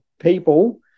people